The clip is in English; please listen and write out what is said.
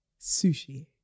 Sushi